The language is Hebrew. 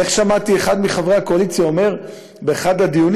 איך שמעתי אחד מחברי הקואליציה אומר באחד הדיונים?